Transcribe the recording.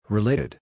Related